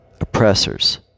oppressors